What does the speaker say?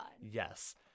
yes